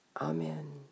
Amen